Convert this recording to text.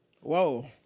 Whoa